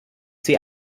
sie